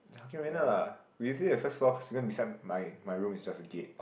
okay went up lah when you leave the first floor consider beside my my room is just a gate